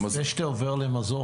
לפני שאתה עובר למזון,